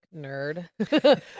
nerd